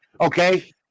Okay